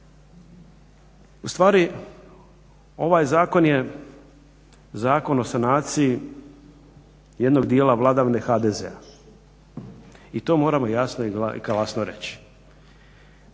Ustvari ovaj zakon je Zakon o sanaciji jednog dijela vladavine HDZ-a i to moramo jasno i glasno reći.